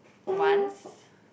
once